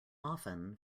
often